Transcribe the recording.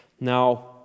Now